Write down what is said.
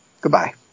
Goodbye